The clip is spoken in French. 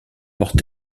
porte